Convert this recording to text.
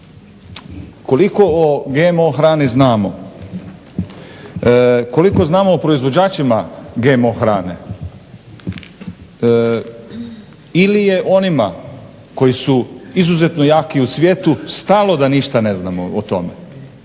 Koliko o GMO hrani znamo? Koliko znamo o proizvođačima GMO hrane? Ili je onima koji su izuzetno jaki u svijetu stalo da nište ne znamo o tome.